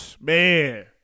Man